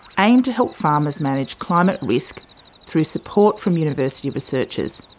aimed to help farmers manage climate risk through support from university researchers.